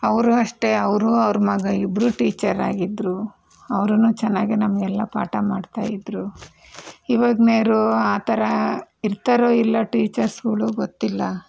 ಅವರೂ ಅಷ್ಟೇ ಅವರು ಅವರ ಮಗ ಇಬ್ಬರೂ ಟೀಚರಾಗಿದ್ರು ಅವರುನೂ ಚೆನ್ನಾಗಿ ನಮಗೆಲ್ಲ ಪಾಠ ಮಾಡ್ತಾಯಿದ್ರು ಇವಾಗ್ನವ್ರು ಆ ಥರ ಇರ್ತಾರೋ ಇಲ್ಲ ಟೀಚರ್ಸ್ಗಳು ಗೊತ್ತಿಲ್ಲ